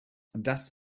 das